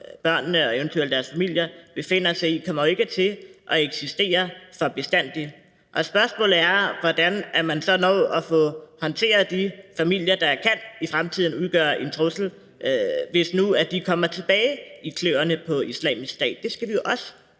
eventuelt deres familier befinder sig i, jo ikke kommer til at eksistere for bestandig. Spørgsmålet er, hvordan man så når at få håndteret de familier, der i fremtiden kan udgøre en trussel, hvis de nu kommer tilbage i kløerne på Islamisk Stat. Det skal vi jo også